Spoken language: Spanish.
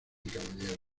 caballeros